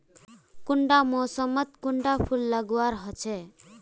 कुंडा मोसमोत कुंडा फुल लगवार होछै?